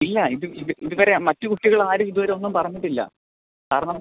ഇല്ല ഇത് ഇത് ഇതുവരെ മറ്റ് കുട്ടികളാരും ഇതുവരെ ഒന്നും പറഞ്ഞിട്ടില്ല കാരണം